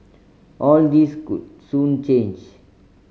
all this could soon change